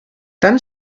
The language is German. dann